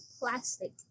plastic